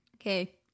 okay